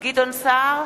גדעון סער,